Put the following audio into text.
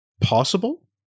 possible